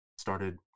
started